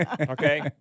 okay